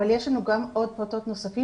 אבל יש לנו גם פעוטות נוספים.